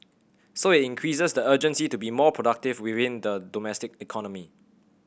so it increases the urgency to be more productive within the domestic economy